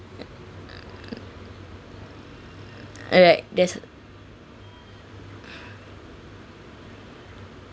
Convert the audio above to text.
alright that's